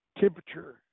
temperature